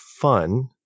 fun